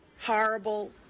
horrible